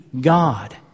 God